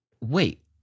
Wait